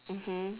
mmhmm